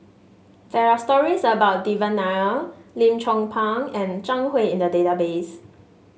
there are stories about Devan Nair Lim Chong Pang and Zhang Hui in the database